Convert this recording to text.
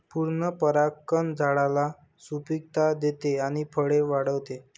पूर्ण परागकण झाडाला सुपिकता देते आणि फळे वाढवते